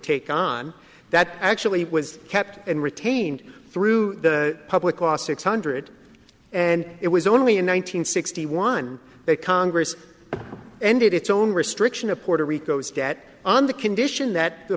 take on that actually was kept and retained through the public last six hundred and it was only in one nine hundred sixty one that congress ended its own restriction of puerto rico's debt on the condition that the